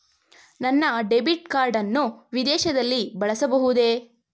ನನ್ನ debit card ಅನ್ನು ವಿದೇಶದಲ್ಲಿ ಬಳಸಬಹುದೇ?